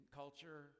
culture